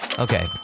Okay